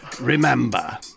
Remember